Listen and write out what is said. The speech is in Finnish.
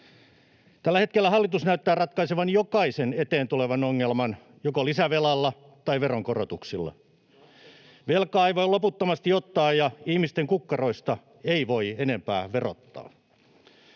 Tällä hetkellä hallitus näyttää ratkaisevan jokaisen eteen tulevan ongelman joko lisävelalla tai veronkorotuksilla. [Timo Heinonen: Lapset maksaa!] Velkaa ei voi loputtomasti ottaa, ja ihmisten kukkaroista ei voi enempää verottaa.